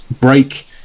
break